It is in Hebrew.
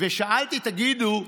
שאלתי: תגידו,